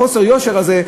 חוסר יושר הזה,